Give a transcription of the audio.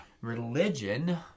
Religion